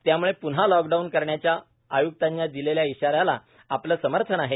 त्यामुळे पृन्हा लॉकडाऊन करण्याच्या आय्क्तांनी दिलेल्या इशाऱ्याला आपले समर्थन आहे